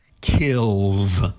kills